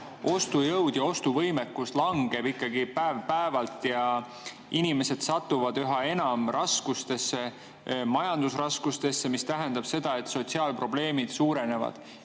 ostujõud ja ostuvõimekus langeb päev-päevalt ja inimesed satuvad üha enam raskustesse, majandusraskustesse, ja see tähendab seda, et sotsiaalprobleemid suurenevad.